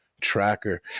tracker